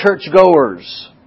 churchgoers